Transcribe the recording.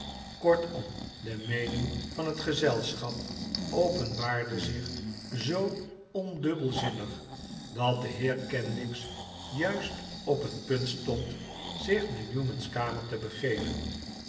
kortom de meening van het gezelschap openbaarde zich zoo ondubbelzinnig dat de heer kenwigs juist op het punt stond zich naar newman's kamer te begeven